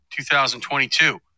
2022